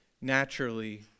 naturally